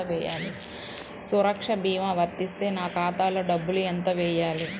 సురక్ష భీమా వర్తిస్తే నా ఖాతాలో డబ్బులు ఎంత వేయాలి?